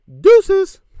deuces